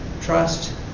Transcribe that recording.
trust